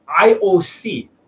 IOC